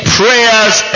prayers